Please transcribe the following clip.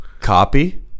copy